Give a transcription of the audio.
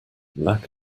lack